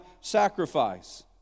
sacrifice